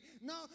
No